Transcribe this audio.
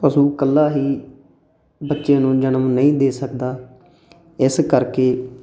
ਪਸ਼ੂ ਇਕੱਲਾ ਹੀ ਬੱਚੇ ਨੂੰ ਜਨਮ ਨਹੀਂ ਦੇ ਸਕਦਾ ਇਸ ਕਰਕੇ